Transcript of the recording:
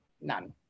None